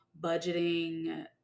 budgeting